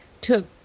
took